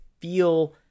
feel